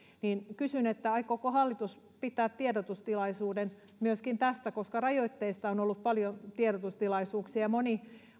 kysyn aikooko hallitus pitää tiedotustilaisuuden myöskin tästä koska rajoitteista on ollut paljon tiedotustilaisuuksia ja moni